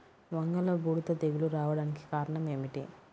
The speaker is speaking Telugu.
వంగలో బూడిద తెగులు రావడానికి కారణం ఏమిటి?